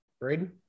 Braden